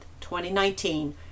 2019